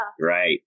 Right